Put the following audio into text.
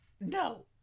No